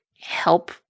help